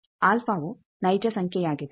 ಅಲ್ಫಾವು ನೈಜ ಸಂಖ್ಯೆಯಾಗಿದೆ